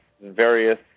various